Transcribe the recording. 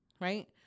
Right